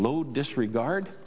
low disregard